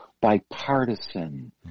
bipartisan